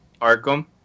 Arkham